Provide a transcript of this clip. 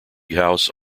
house